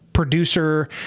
Producer